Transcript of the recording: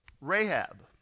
Rahab